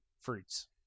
Fruits